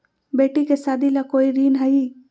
बेटी के सादी ला कोई ऋण हई?